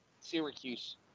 Syracuse